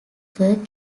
were